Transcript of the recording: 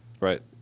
right